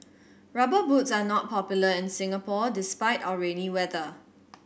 Rubber Boots are not popular in Singapore despite our rainy weather